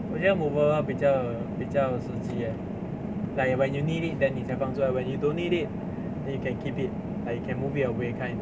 我觉得 movable 比较比较实际 eh like when you need it then 你才放出來 when you don't need it then you can keep it like you can move it away kind